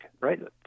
right